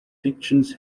depictions